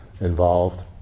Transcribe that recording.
involved